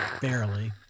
Barely